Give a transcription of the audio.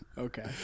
Okay